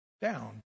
down